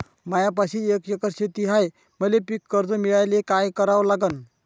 मायापाशी एक एकर शेत हाये, मले पीककर्ज मिळायले काय करावं लागन?